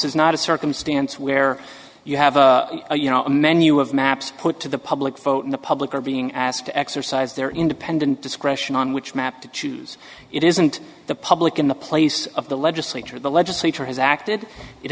is not a circumstance where you have you know a menu of maps put to the public vote in the public are being asked to exercise their independent discretion on which map to choose it isn't the public in the place of the legislature the legislature has acted it